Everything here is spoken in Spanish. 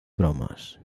bromas